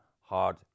hard